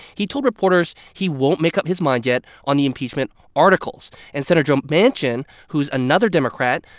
he told reporters he won't make up his mind yet on the impeachment articles. and senator joe um manchin, who's another democrat,